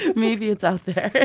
but maybe it's out there.